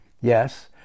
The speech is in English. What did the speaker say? yes